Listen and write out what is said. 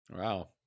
Wow